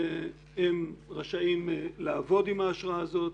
הם רשאים לעבוד עם האשרה הזאת.